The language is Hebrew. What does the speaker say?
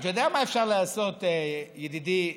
חבר הכנסת מרגי,